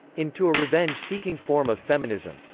in to a revenge-seeking form of feminism,